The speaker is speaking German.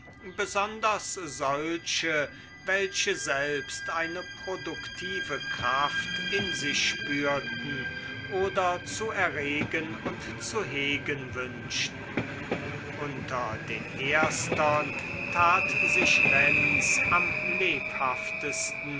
besonders solche welche selbst eine produktive kraft in sich spürten oder zu erregen und zu hegen wünschten unter den erstern tat sich lenz am lebhaftesten